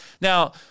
Now